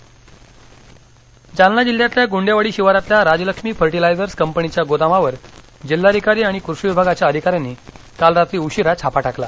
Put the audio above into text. बनावट खत साठा जप्त जालना जालना जिल्ह्यातल्या गुंडेवाडी शिवारातल्या राजलक्ष्मी फर्टिलायझर्स कंपनीच्या गोदामावर जिल्हाधिकारी आणि कृषी विभागाच्या अधिकाऱ्यांनी काल रात्री उशिरा छापा टाकला